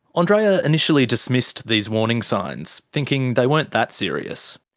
andreea initially dismissed these warning signs, thinking they weren't that serious.